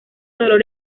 dolor